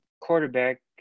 Quarterback